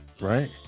right